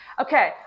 Okay